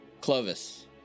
Clovis